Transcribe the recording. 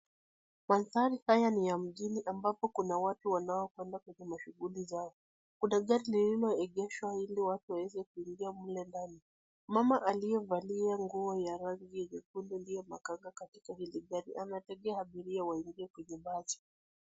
Mandhari haya ni ya mjini ambapo kuna watu wanaokwenda kwenye mashuguli zao. Kuna gari lililoegeshwa ili watu waweze kuingia mle ndani. Mama aliyevalia nguo ya rangi nyekundu ndiye makanga katika hili gari, anategea abiria waingie kwenye basi.